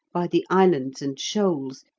by the islands and shoals,